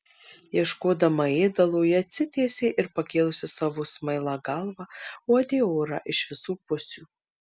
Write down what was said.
ieškodama ėdalo ji atsitiesė ir pakėlusi savo smailą galvą uodė orą iš visų pusių